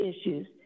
issues